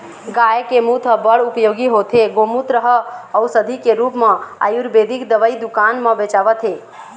गाय के मूत ह बड़ उपयोगी होथे, गोमूत्र ह अउसधी के रुप म आयुरबेदिक दवई दुकान म बेचावत हे